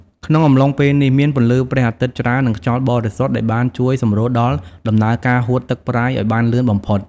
ក្នុងអំឡុងពេលនេះ មានពន្លឺព្រះអាទិត្យច្រើននិងខ្យល់បរិសុទ្ធដែលបានជួយសម្រួលដល់ដំណើរការហួតទឹកប្រៃឲ្យបានលឿនបំផុត។